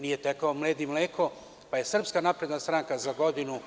Nije teklo med i mleko, pa je SNS za ovu godinu